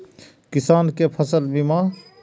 किसान कै फसल बीमा?